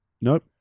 Nope